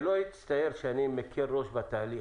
שלא יצטייר שאני מקל ראש בתהליך.